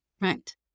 Right